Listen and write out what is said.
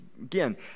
Again